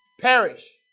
Perish